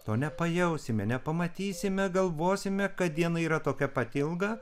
to nepajausime nepamatysime galvosime kad diena yra tokia pat ilga